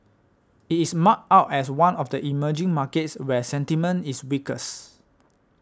it is marked out as one of the emerging markets where sentiment is weakest